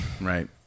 right